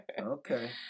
Okay